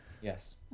Yes